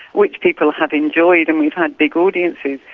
which people have enjoyed and we had big audiences.